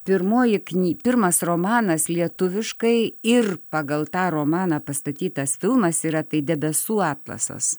pirmoji kny pirmas romanas lietuviškai ir pagal tą romaną pastatytas filmas yra tai debesų atlasas